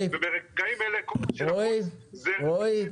וברגעים אלה --- רועי,